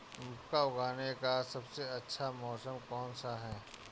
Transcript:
मक्का उगाने का सबसे अच्छा मौसम कौनसा है?